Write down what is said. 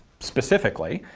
specifically,